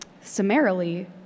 summarily